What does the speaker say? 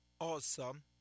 awesome